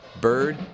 Bird